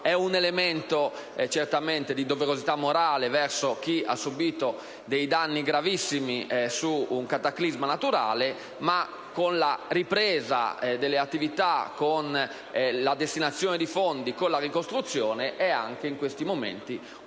certamente di doverosità morale verso chi ha subito dei danni gravissimi in un cataclisma naturale, ma con la ripresa delle attività, con la destinazione di fondi, con la ricostruzione è anche, in questi momenti, una